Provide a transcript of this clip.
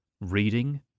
reading